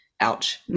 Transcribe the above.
ouch